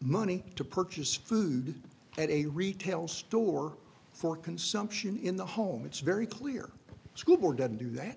money to purchase food at a retail store for consumption in the home it's very clear school board doesn't do that